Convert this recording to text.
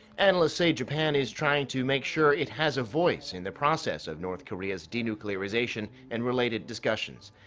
analysts say japan is trying to make sure it has a voice in the process of north korea's denuclearization and related discussions.